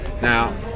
Now